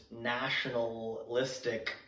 nationalistic